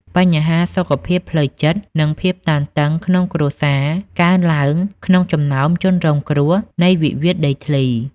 បញ្ហាសុខភាពផ្លូវចិត្ត និងភាពតានតឹងក្នុងគ្រួសារកើនឡើង ក្នុងចំណោមជនរងគ្រោះនៃវិវាទដីធ្លី។